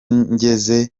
ngeze